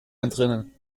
entrinnen